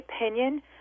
opinion